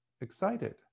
excited